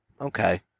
okay